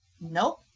Nope